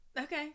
Okay